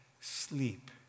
sleep